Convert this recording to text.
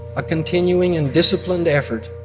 a continuing and disciplined effort,